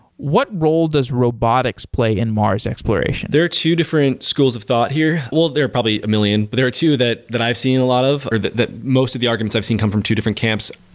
what role does robotics play in mars exploration? there are two different schools of thought here. well, there are probably a million, but there are two that that i've seen a lot of or that the most of the arguments i've seen come from two different camps.